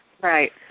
Right